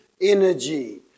energy